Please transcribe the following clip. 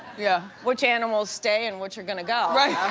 yeah. which animals stay and which are gonna go. right. yeah